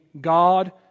God